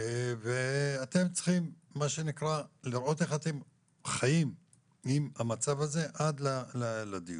אתם צריכים לראות איך אתם חיים עם המצב הזה עד לדיון.